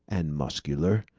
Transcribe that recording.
and muscular.